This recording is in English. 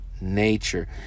nature